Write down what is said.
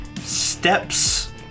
steps